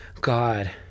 God